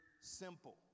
simple